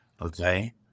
Okay